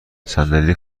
صندلی